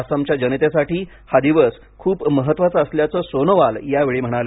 आसामच्या जनतेसाठी हा दिवस खूप महत्वाचा असल्याचं सोनोवाल या वेळी म्हणाले